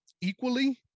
equally